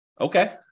Okay